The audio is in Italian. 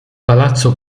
palazzo